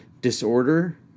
disorder